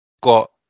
got